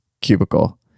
cubicle